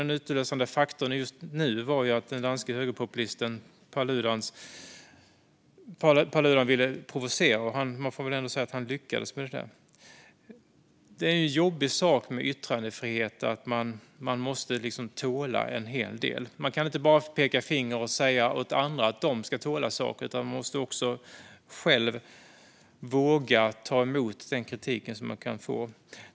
Den utlösande faktorn just nu var att den danske högerpopulisten Paludan ville provocera, och man får väl ändå säga att han lyckades. En jobbig sak med yttrandefrihet är att man måste tåla en hel del. Man kan inte bara peka finger åt andra och säga att de får tåla saker, utan man måste också själv våga ta emot den kritik som man kan få.